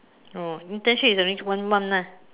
oh internship is only one month lah